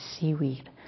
seaweed